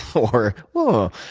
or, oh.